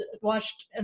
watched